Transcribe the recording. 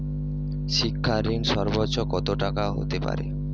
শিক্ষা ঋণ সর্বোচ্চ কত টাকার হতে পারে?